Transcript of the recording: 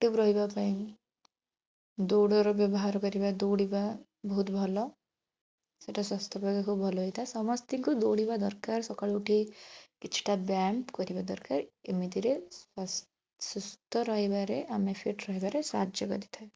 active ରହିବା ପାଇଁ ଦୌଡ଼ାର ବ୍ୟବହାର କରିବା ଦୌଡ଼ିବା ବହୁତ ଭଲ ସେଇଟା ସ୍ୱାସ୍ଥ୍ୟ ପକ୍ଷେ ଖୁବ ଭଲ ହୋଇଥାଏ ସମସ୍ତଙ୍କୁ ଦୌଡ଼ିବା ଦରକାର ସକାଳୁ ଉଠି କିଛିଟା ବ୍ୟାୟାମ କରିବା ଦରକାର ଏମିତିରେ ସୁସ୍ଥ ରହିବାରେ ଆମେ ଫିଟ୍ ରହିବାରେ ସାହାଯ୍ୟ କରିଥାଏ